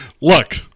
Look